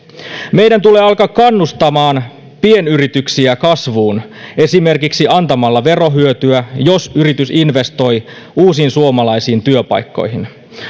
meidän tulee alkaa kannustamaan pienyrityksiä kasvuun esimerkiksi antamalla verohyötyä jos yritys investoi uusiin suomalaisiin työpaikkoihin